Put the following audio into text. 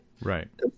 Right